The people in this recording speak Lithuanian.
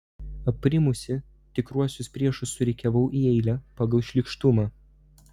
aprimusi tikruosius priešus surikiavau į eilę pagal šlykštumą